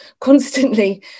constantly